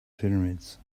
pyramids